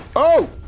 oh!